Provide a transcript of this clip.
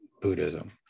buddhism